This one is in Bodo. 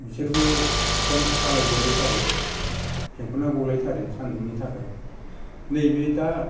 बिसोरबो एकदम सालाय गलाय थारो फेंफोना गलाय थारो सान्दुंनि थाखाय नैबे दा